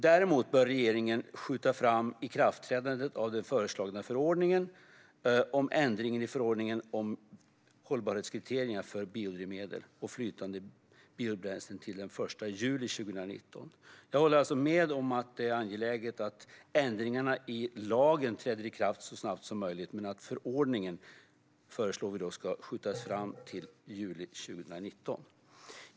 Däremot bör regeringen skjuta fram ikraftträdandet av den föreslagna förordningen om ändring i förordningen om hållbarhetskriterier för biodrivmedel och flytande biobränslen till den 1 juli 2019. Jag håller alltså med om att det är angeläget att ändringarna i lagen träder i kraft så snabbt som möjligt, men vi föreslår att förordningen ska skjutas fram till juli 2019.